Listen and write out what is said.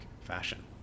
fashion